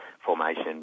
formation